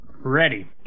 Ready